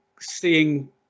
seeing